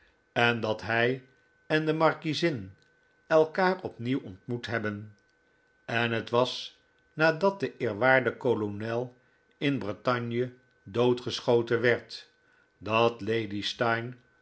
en dat hij en de markiezin elkaar opnieuw ontmoet hebben en het was nadat de eerwaarde kolonel in bretagne doodgeschoten werd dat lady steyne